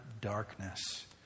Darkness